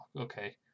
Okay